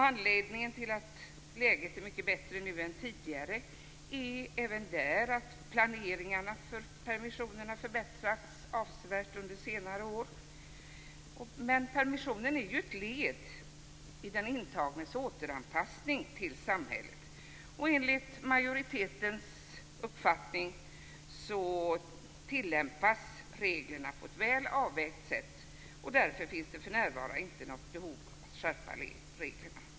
Anledningen till att läget är mycket bättre nu än tidigare är även där att planeringen för permissionerna förbättrats avsevärt under senare år. Men permissionen är ju ett led i den intagnes återanpassning till samhället. Enligt majoritetens uppfattning tillämpas reglerna på ett väl avvägt sätt. Därför finns det för närvarande inte något behov att skärpa reglerna.